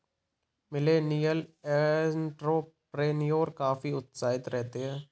millennial entrepreneur काफी उत्साहित रहते हैं